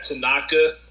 Tanaka